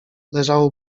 leżało